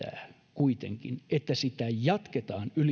kuitenkin että sitä jatketaan